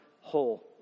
whole